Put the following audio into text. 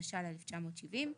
התש"ל-1970,